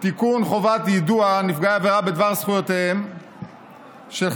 רק שנייה, כבוד השר, אי-אפשר כך.